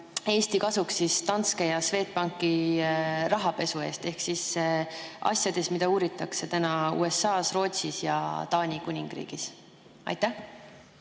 Eesti kasuks Danske Banki ja Swedbanki rahapesu eest ehk asjade eest, mida uuritakse täna USA‑s, Rootsis ja Taani Kuningriigis. Aitäh,